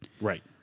Right